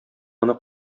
моны